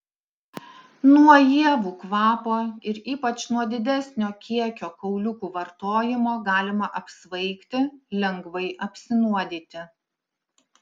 nuo ievų kvapo ir ypač nuo didesnio kiekio kauliukų vartojimo galima apsvaigti lengvai apsinuodyti